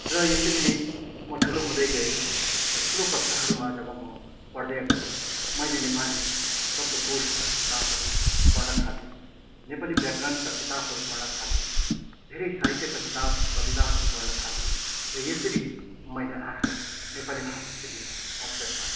र यसरी नै म ठुलो हुदैँ गएँ र ठुलो कक्षाहरूमा जब म पढदै गएँ मैले नेपाली शब्दकोशका किताबहरू पढ्न थालेँ नेपाली ब्याकरणका किताबहरू पढन थालेँ धेरै साहित्यका किताप कविताहरू पढन थालेँ र यसरी मैले आफ्नो नेपाली भाषा सिक्ने अवसर पाएँ